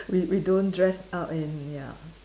we we don't dress up and ya